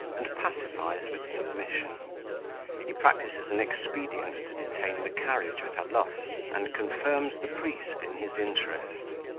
and pacifies with submission he practises an expedient to detain the carriage at alost, and confirms the priest in his interest.